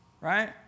right